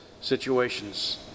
situations